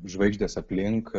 žvaigždės aplink